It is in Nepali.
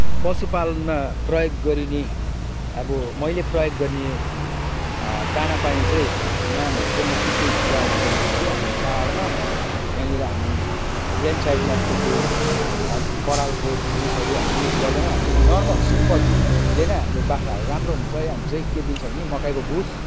पशुपालनमा प्रयोग गरिने अब मैले प्रयोग गर्ने दानापानी चाहिँ नामहरू चाहिँ म के के प्रयोग गर्छु भने चाहिँ हाम्रो पहाडमा यहाँनिर हामी प्लेन साइडमा जस्तो त्यो परालको भुसहरू हामी युज गर्दैनौँ हामी चाहिँ नर्मल सिम्पलले नै हाम्रो बाख्राहरू राम्रो हुन्छ यहाँ हामी चाहिँ के दिन्छौँ भने चाहिँ मकैको भुस